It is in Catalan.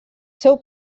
seu